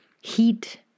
heat